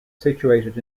situated